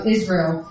Israel